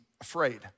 afraid